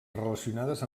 relacionades